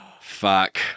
Fuck